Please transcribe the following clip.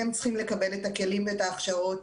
הם צריכים לקבל את הכלים ואת ההכשרות.